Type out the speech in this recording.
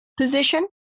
position